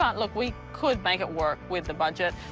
um look, we could make it work with the budget.